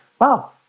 wow